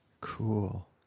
Cool